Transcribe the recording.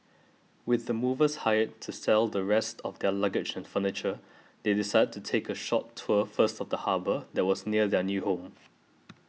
with the movers hired to sell the rest of their luggage and furniture they decided to take a short tour first of the harbour that was near their new home